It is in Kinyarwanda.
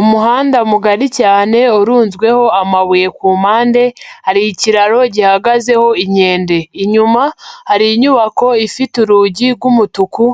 Umuhanda mugari cyane urunzweho amabuye ku mpande, hari ikiraro gihagazeho inkende, inyuma hari inyubako ifite urugi rw'umutuku,